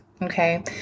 Okay